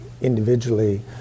individually